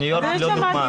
ניו יורק היא לא דוגמה.